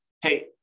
hey